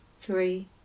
three